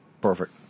Perfect